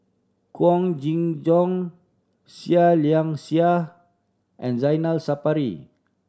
Wong Kin Jong Seah Liang Seah and Zainal Sapari